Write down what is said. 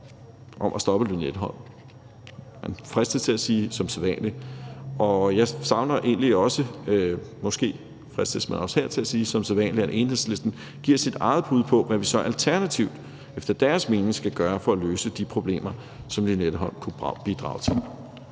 om at stoppe Lynetteholm, og man fristes til at sige: som sædvanlig. Jeg savner egentlig også – måske fristes man også her til at sige: som sædvanlig – at Enhedslisten giver sit eget bud på, hvad vi så alternativt efter deres mening skal gøre for at løse de problemer, som Lynetteholm kunne bidrage til